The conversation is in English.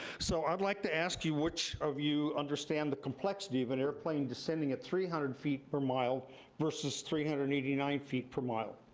so i'd like to ask you which of you understand the complexity of an airplane descending at three hundred feet per mile versus three hundred and eighty nine feet per mile?